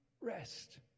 rest